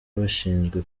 bashinzwe